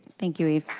thank you.